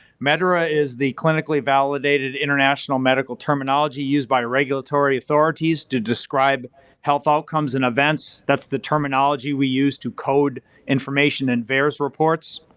medera is the clinically-validated international medical terminology used by regulatory authorities to describe health outcomes and events, that's the terminology we use to code information in vaers reports.